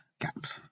gaps